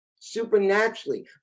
supernaturally